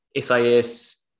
SIS